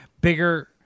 bigger